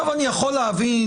עכשיו אני יכול להבין,